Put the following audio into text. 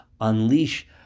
unleash